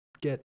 get